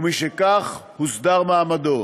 ומשכך הוסדר מעמדו.